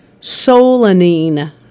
solanine